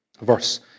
Verse